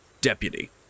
deputy